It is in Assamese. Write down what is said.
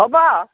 হ'ব